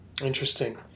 Interesting